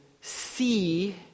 see